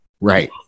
Right